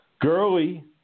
Gurley